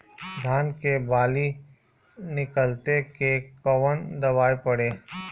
धान के बाली निकलते के कवन दवाई पढ़े?